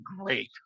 great